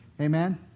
Amen